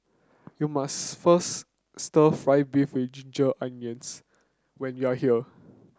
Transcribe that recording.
you must first Stir Fried Beef with Ginger Onions when you are here